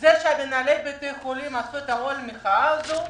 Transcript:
על זה שמנהלי בתי החולים עשו את אוהל המחאה הזה?